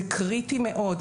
זה קריטי מאוד.